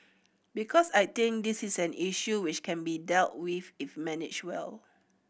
because I think this is an issue which can be dealt with if managed well